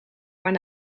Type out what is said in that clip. maar